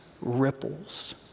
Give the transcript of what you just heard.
ripples